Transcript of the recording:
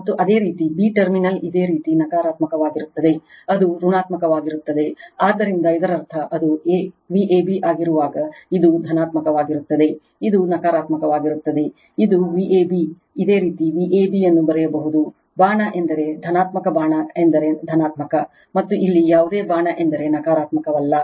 ಮತ್ತು ಅದೇ ರೀತಿ b ಟರ್ಮಿನಲ್ ಇದೇ ರೀತಿ ನಕಾರಾತ್ಮಕವಾಗಿರುತ್ತದೆ ಅದು ಋಣಾತ್ಮಕ ವಾಗಿರುತ್ತದೆ ಆದ್ದರಿಂದ ಇದರರ್ಥ ಅದು Vab ಆಗಿರುವಾಗ ಇದು ಧನಾತ್ಮಕವಾಗಿರುತ್ತದೆ ಇದು ನಕಾರಾತ್ಮಕವಾಗಿರುತ್ತದೆ ಇದು Vab ಇದೇ ರೀತಿ Vab ಅನ್ನು ಬರೆಯಬಹುದು ಬಾಣ ಎಂದರೆ ಧನಾತ್ಮಕ ಬಾಣ ಎಂದರೆ ಧನಾತ್ಮಕ ಮತ್ತು ಇಲ್ಲಿ ಯಾವುದೇ ಬಾಣ ಎಂದರೆ ನಕಾರಾತ್ಮಕವಲ್ಲ